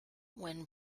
when